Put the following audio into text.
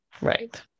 Right